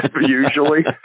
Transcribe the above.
usually